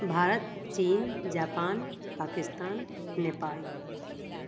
भारत चीन जापान पाकिस्तान नेपाल